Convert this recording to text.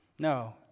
No